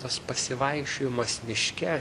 tas pasivaikščiojimas miške